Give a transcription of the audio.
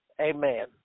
amen